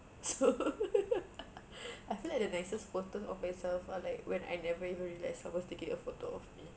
so I feel like the nicest photos of myself are like when I never even realise someone's taking a photo of me